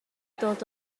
dod